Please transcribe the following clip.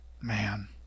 Man